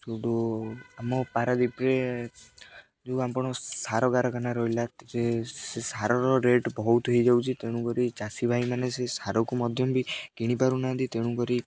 ସେଇଠୁ ଆମ ପାରାଦ୍ୱୀପରେ ଯେଉଁ ଆପଣ ସାର କାରଖାନା ରହିଲା ସେ ସାରର ରେଟ୍ ବହୁତ ହେଇଯାଉଛି ତେଣୁକରି ଚାଷୀ ଭାଇମାନେ ସେ ସାରକୁ ମଧ୍ୟ ବି କିଣିପାରୁନାହାନ୍ତି ତେଣୁକରି